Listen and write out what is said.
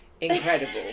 incredible